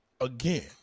Again